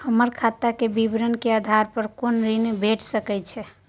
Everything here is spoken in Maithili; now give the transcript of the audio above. हमर खाता के विवरण के आधार प कोनो ऋण भेट सकै छै की?